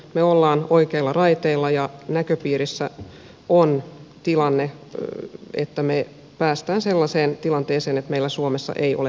me olemme oikeilla raiteilla ja näköpiirissä on tilanne että me pääsemme sellaiseen tilanteeseen että meillä suomessa ei ole palju sellejä